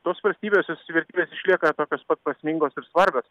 tos valstybės jos vertybės išlieka tokios pat prasmingos ir svarbos